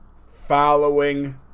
following